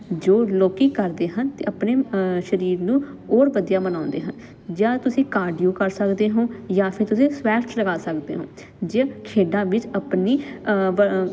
ਜੋ ਲੋਕ ਕਰਦੇ ਹਨ ਅਤੇ ਆਪਣੇ ਸਰੀਰ ਨੂੰ ਔਰ ਵਧੀਆ ਬਣਾਉਂਦੇ ਹਨ ਜਾਂ ਤੁਸੀਂ ਕਾਰਡੀਓ ਕਰ ਸਕਦੇ ਹੋ ਜਾਂ ਫਿਰ ਤੁਸੀਂ ਸਵੈਸ਼ਟ ਲਗਾ ਸਕਦੇ ਹੋ ਜੇ ਖੇਡਾਂ ਵਿੱਚ ਆਪਣੀ ਵ